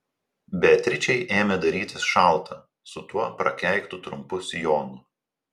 beatričei ėmė darytis šalta su tuo prakeiktu trumpu sijonu